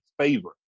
favor